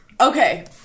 Okay